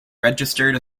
registered